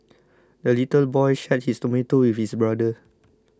the little boy shared his tomato with his brother